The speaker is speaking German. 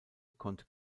konnte